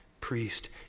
Priest